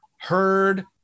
heard